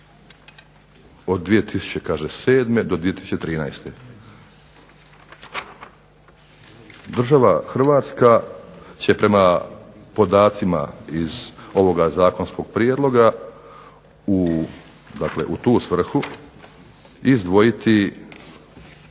od 2007. do 2013. Država Hrvatska će prema podacima iz ovoga zakonskog prijedloga u tu svrhu izdvojiti